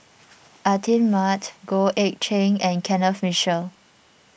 Atin Amat Goh Eck Kheng and Kenneth Mitchell